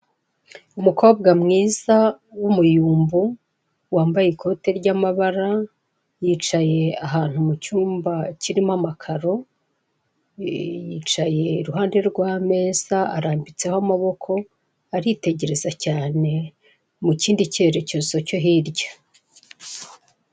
Umukobwa mwiza w'umuyumbu wambaye ikote ry'amabara yicaye ahantu mu cyumba kirimo amakaro, yicaye iruhande rw'ameza arambitseho amaboko aritegereza cyane mu kindi kerekezo cyo hirya.